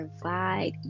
provide